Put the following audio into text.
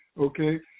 Okay